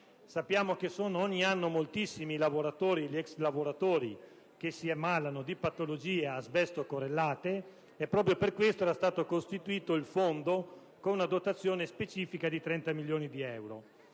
Sappiamo che ogni anno sono moltissimi gli ex lavoratori che si ammalano di patologie asbesto-correlate e proprio per questo era stato costituito il Fondo, con una dotazione specifica di 30 milioni di euro.